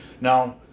Now